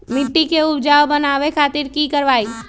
मिट्टी के उपजाऊ बनावे खातिर की करवाई?